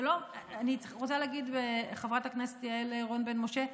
אני רוצה להגיד, חברת הכנסת יעל רון בן משה,